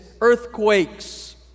earthquakes